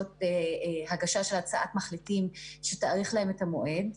של הצעת מחליטים שתאריך להם את המועד.